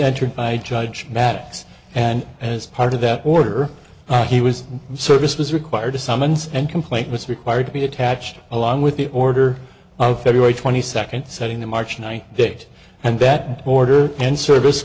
entered by judge maddox and as part of that order he was service was required to summons and complaint was required to be attached along with the order on february twenty second setting the march ninth date and that border and service